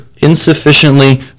insufficiently